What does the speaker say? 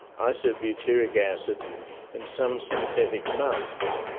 isobutyric acid and some synthetic musks,